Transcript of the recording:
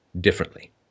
differently